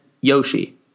yoshi